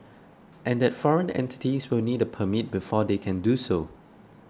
and that foreign entities will need a permit before they can do so